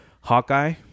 Hawkeye